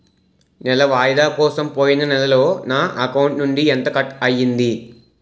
నెల వాయిదా కోసం పోయిన నెలలో నా అకౌంట్ నుండి ఎంత కట్ అయ్యింది?